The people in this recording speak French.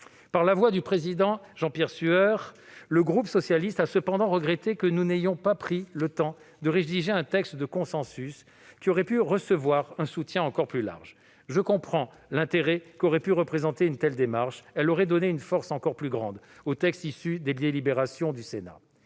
Par la voix de notre collègue Jean-Pierre Sueur, le groupe socialiste a regretté que nous n'ayons pas pris le temps de rédiger un texte de consensus qui aurait pu recevoir un soutien encore plus large. Je comprends l'intérêt qu'aurait pu présenter une telle démarche : elle aurait donné une force encore plus grande au texte issu des délibérations du Sénat.